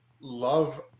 love